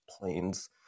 planes